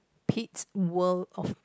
Petes world of